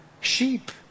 sheep